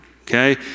okay